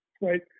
right